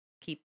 keep